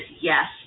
yes